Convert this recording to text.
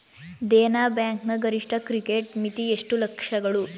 Dena bank ನ ಗರಿಷ್ಠ credit ಮಿತಿ ಎಷ್ಟು ಲಕ್ಷಗಳು?